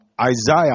Isaiah